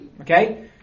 Okay